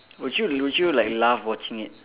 would you would you like laugh watching it